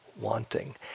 wanting